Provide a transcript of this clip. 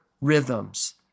rhythms